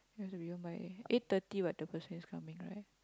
you want to be home by eight thirty what the person is coming right